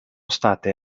state